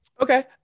Okay